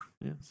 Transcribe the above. yes